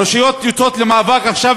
הרשויות יוצאות למאבק עכשיו,